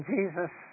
Jesus